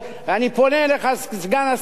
אני פונה אליך, סגן השר,